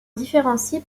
différencient